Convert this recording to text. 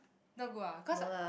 not good ah cause